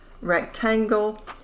rectangle